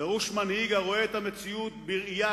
דרוש מנהיג הרואה את המציאות בראייה